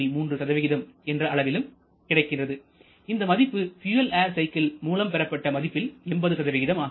3 என்ற அளவிலும் கிடைக்கிறது இந்த மதிப்பு பியூயல் ஏர் சைக்கிள் மூலம் பெறப்பட்ட மதிப்பில் 80 ஆகும்